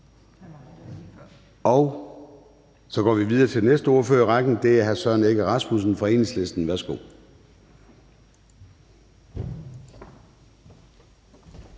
Nå, så går vi videre til den næste ordfører i rækken, og det er hr. Søren Egge Rasmussen fra Enhedslisten. Værsgo.